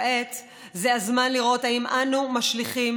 כעת הזמן לראות אם אנו משליכים